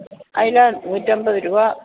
അയല നൂറ്റമ്പത് രൂപ